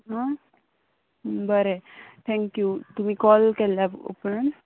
आं बरें थँक्यू तुमी कॉल केल्ल्या ओपन